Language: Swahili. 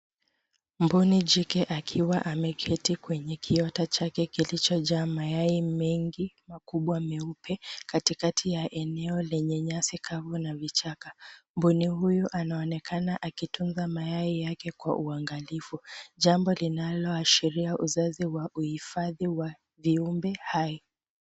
Mbuni jike akiwa ameketi kwenye kuota chake kilichojaa mayai mengi makubwa meupe katikati ya eneo lenye nyasi kavu na vichaka. Mbuni huyu anaonekana akitunza mayai yake kwa uangalifu jambo linaloashiria uzazi wa uhifadhi wa viumbe hai.